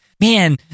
man